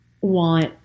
want